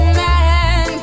man